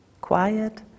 quiet